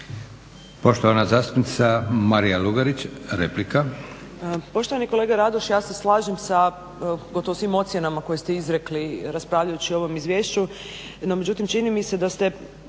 Poštovana zastupnica Marija Lugarić, replika.